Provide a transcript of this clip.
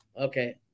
Okay